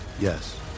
Yes